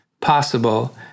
possible